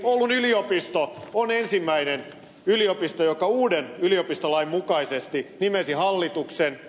oulun yliopisto on ensimmäinen yliopisto joka uuden yliopistolain mukaisesti nimesi hallituksen